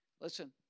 Listen